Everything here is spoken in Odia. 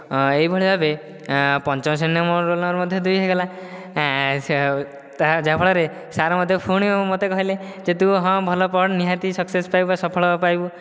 ଏହିଭଳି ଭାବେ ପଞ୍ଚମ ଶ୍ରେଣୀରେ ମୋ ରୋଲ ନମ୍ବର ମଧ୍ୟ ଦୁଇ ହୋଇଗଲା ତା ଯାହା ଫଳରେ ସାର ପୁଣି ମୋତେ କହିଲେ ଯେ ତୁ ହଁ ଭଲ ପଢ଼ ନିହାତି ସକ୍ସେସ ପାଇବୁ ବା ସଫଳ ପାଇବୁ